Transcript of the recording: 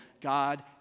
God